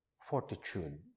fortitude